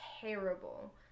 terrible